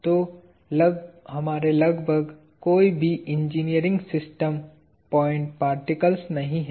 तो हमारे लगभग कोई भी इंजीनियरिंग सिस्टम पॉइंट पार्टिकल्स नहीं हैं